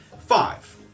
Five